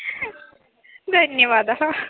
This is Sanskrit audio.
धन्यवादः